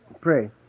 Pray